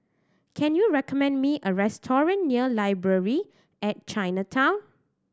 can you recommend me a restaurant near Library at Chinatown